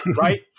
right